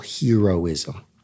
heroism